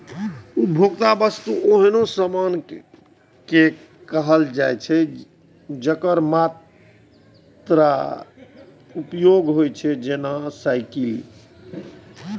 उपभोक्ता वस्तु ओहन सामान कें कहल जाइ छै, जेकर मात्र उपभोग होइ छै, जेना साइकिल